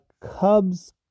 Cubs